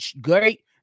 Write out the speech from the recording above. great